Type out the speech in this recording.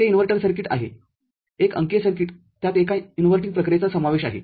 ते inverter circuit आहे एक अंकीय सर्किट त्यात एका इनव्हर्टिंगप्रक्रियेचा समावेश आहे